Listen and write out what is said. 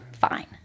fine